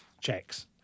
checks